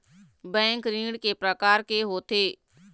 Bank ऋण के प्रकार के होथे?